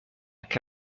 che